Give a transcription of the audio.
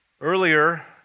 Earlier